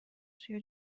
سوی